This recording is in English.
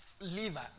liver